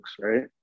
right